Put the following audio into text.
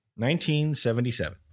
1977